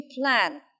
plan